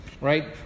Right